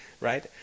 right